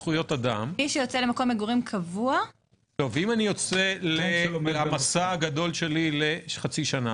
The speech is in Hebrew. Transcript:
מי שיוצא למקום מגורים קבוע --- ואם אני יוצא עכשיו למסע של חצי שנה?